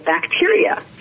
bacteria